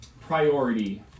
priority